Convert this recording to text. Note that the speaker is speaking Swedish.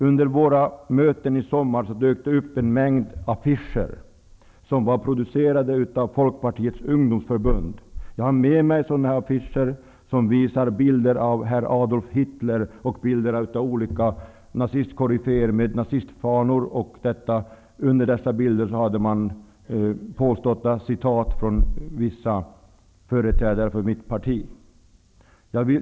Under våra möten i somras dök det upp en mängd affischer som var producerade av Folkpartiets ungdomsförbund. Jag har med mig sådana affischer som visar bilder av herr Adolf Under dessa bilder hade man påstådda citat från vissa företrädare för mitt parti.